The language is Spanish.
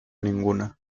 ninguna